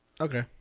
Okay